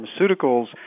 pharmaceuticals